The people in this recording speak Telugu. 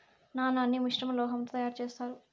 నాణాన్ని మిశ్రమ లోహం తో తయారు చేత్తారు